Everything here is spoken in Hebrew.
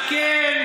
כן.